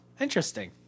Interesting